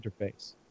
interface